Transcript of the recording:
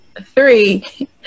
Three